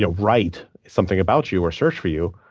you know write something about you or search for you,